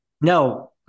no